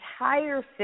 entire